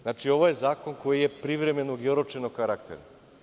Znači, ovo je zakon koji je privremenog i oročenog karaktera.